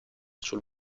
sul